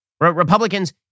Republicans